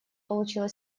получила